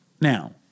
now